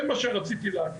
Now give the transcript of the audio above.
זה מה שרציתי להגיד.